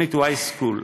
תוכנית yschool,